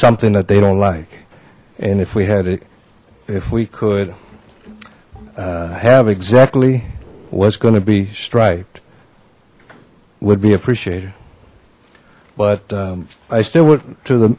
something that they don't like and if we had it if we could have exactly what's going to be striped would be appreciated but i still went to the